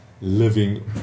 living